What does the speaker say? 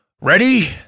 Ready